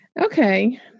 okay